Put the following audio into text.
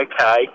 Okay